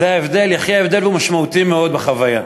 זה ההבדל, יחי ההבדל, והוא משמעותי מאוד בחוויה.